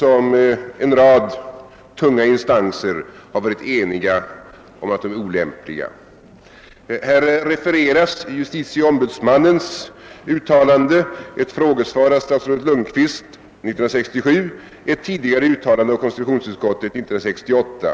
I utlåtandet refereras justitieombudsmannens uttalande, ett frågesvar av statsrådet Lundkvist 1967 och ett tidigare uttalande av konstitutionsutskottet 1968.